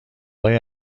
های